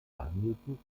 behandelten